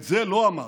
את זה לא אמרת,